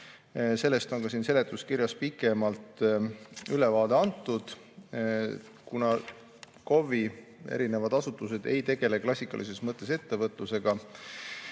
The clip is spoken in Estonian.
Sellest on ka seletuskirjas pikemalt ülevaade antud. Kuna KOV‑i erinevad asutused ei tegele klassikalises mõttes ettevõtlusega